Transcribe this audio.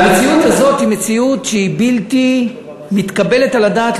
והמציאות הזאת היא מציאות שהיא בלתי מתקבלת על הדעת.